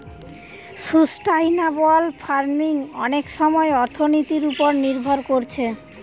sustainable farming অনেক সময় অর্থনীতির উপর নির্ভর কোরছে